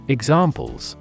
Examples